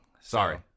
Sorry